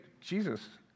Jesus